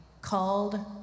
called